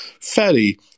fairly